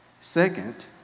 Second